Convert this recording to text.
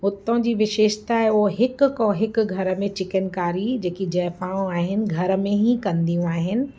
हुतां जी विशेषता आहे उहो हिक खां हिक घर में चिकिनकारी जेकी जायफ़ाऊं आहिनि घर में ई कंदियूं आहिनि